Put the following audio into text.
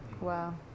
Wow